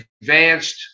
advanced